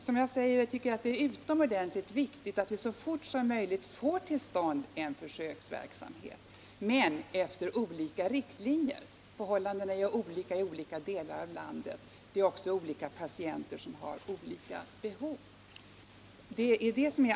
Som jag sade tycker jag att det är utomordentligt viktigt att vi så fort som möjligt får till stånd en försöksverksamhet — men efter olika riktlinjer. Förhållandena är ju olika i olika delar av landet, och olika patienter har också olika behov.